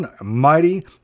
mighty